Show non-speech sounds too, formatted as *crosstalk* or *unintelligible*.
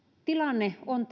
tilanne on *unintelligible*